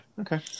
okay